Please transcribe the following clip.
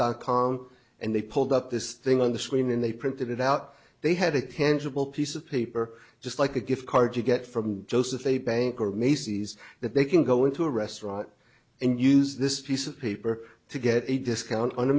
dot com and they pulled up this thing on the screen and they printed it out they had a candle piece of paper just like a gift card you get from joseph a bank or macy's that they can go into a restaurant and use this piece of paper to get a discount on a